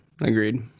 agreed